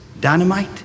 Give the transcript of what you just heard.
dynamite